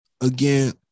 Again